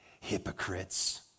Hypocrites